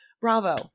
bravo